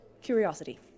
Curiosity